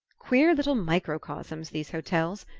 queer little microcosms, these hotels!